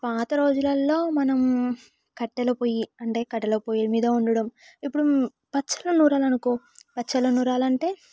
పాత రోజులలలో మనం కట్టెల పొయ్యి అంటే కట్టెల పొయ్యి మీద వండడం ఇప్పుడు పచ్చడి నూరాలి అనుకో పచ్చళ్ళు నూరాలి అంటే